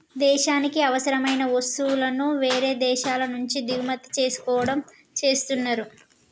దేశానికి అవసరమైన వస్తువులను వేరే దేశాల నుంచి దిగుమతి చేసుకోవడం చేస్తున్నరు